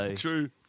True